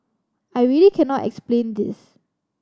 I really cannot explain this